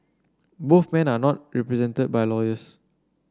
both men are not represented by lawyers